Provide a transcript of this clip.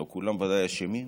לא כולם ודאי אשמים,